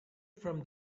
from